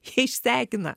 jie išsekina